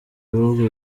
bihugu